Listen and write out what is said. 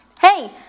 hey